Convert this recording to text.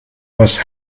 was